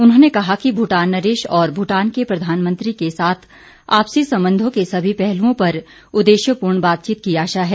उन्होंने कहा कि भूटान नरेश और भूटान के प्रधानमंत्री के साथ आपसी संबधों के सभी पहलुओं पर उददेश्यपूर्ण बातचीत की आशा है